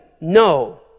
No